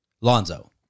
Lonzo